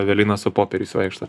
evelina su popieriais vaikšto